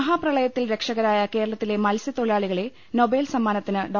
മഹാ പ്രളയത്തിൽ രക്ഷകരായ കേരളത്തിലെ മത്സൃത്തൊഴിലാ ളികളെ നൊബേൽ സമ്മാനത്തിന് ഡോ